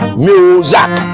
music